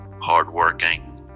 hardworking